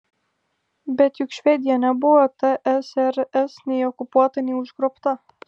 bet juk švedija nebuvo tsrs nei okupuota nei užgrobta